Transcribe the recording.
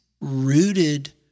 rooted